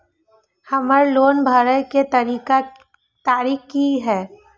हमर लोन भरय के तारीख की ये?